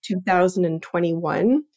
2021